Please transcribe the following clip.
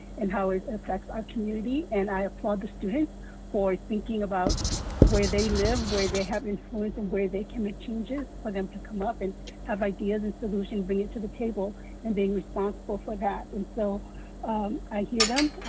and how it affects our community and i applaud the students for thinking about where they live, where they have influence and where they can make changes for them to come up and have ideas and solutions, bring it to the table and being responsible for that. and so i hear them,